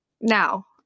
now